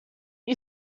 you